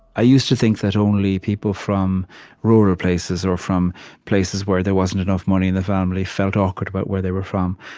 i used to think that only people from rural places or from places where there wasn't enough money in the family felt awkward about where they were from.